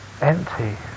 empty